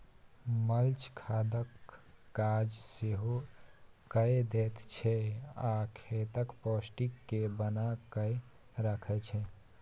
mulch खादक काज सेहो कए दैत छै आ खेतक पौष्टिक केँ बना कय राखय छै